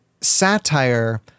satire